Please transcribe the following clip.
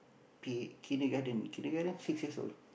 P_A~ Kindergarten Kindergarten six years old